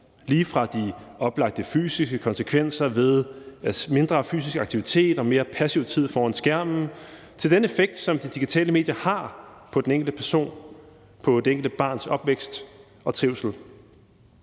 lige fra de oplagte fysiske konsekvenser af mindre fysisk aktivitet og mere passiv tid foran skærmen til den effekt, som de digitale medier har på den enkelte person, på det enkelte barns opvækst og trivsel.